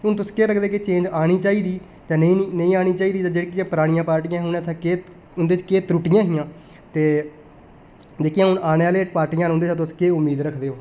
हुन तुसें केह् लगदा कि चेंज आनी चाही दी ते नेईं आनी चाही दी ते जेहड़ियां परानियां पार्टियां हियां ते उन्दे च केह् त्रुट्टियां हियां ते जेह्कियां हुन औने आह्लियां पार्टियां न उन्दे शा तुस केह् उम्मीद रखदे ओ